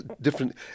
different